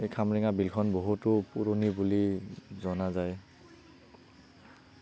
এই খামৰেঙা বিলখন বহুতো পুৰণি বুলি জনা যায়